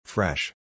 Fresh